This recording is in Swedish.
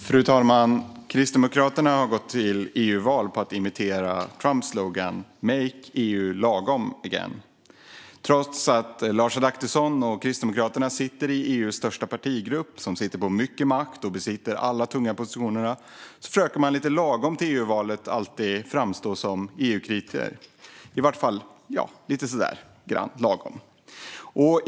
Fru talman! Kristdemokraterna har gått till EU-val på att imitera Trumps slogan: Make EU lagom again. Trots att Lars Adaktusson och Kristdemokraterna sitter i EU:s största partigrupp, som sitter på mycket makt och besitter alla tunga positioner, försöker man lite lagom till EU-valet att framstå som EU-kritiker - i vart fall lite lagom.